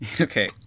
Okay